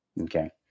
Okay